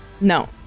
No